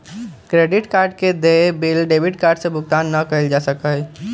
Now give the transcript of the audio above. credit card के देय bill debit card से भुगतान ना कइल जा सका हई